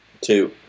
two